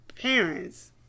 parents